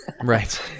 Right